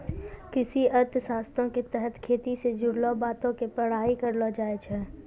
कृषि अर्थशास्त्रो के तहत खेती से जुड़लो बातो के पढ़ाई करलो जाय छै